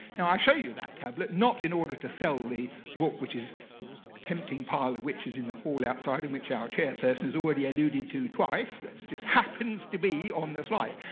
and i show you that tablet not in order to sell the book which is a tempting pile of witches in the hall outside in which our chairperson has already alluded to twice that just happens to be on this slide.